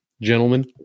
gentlemen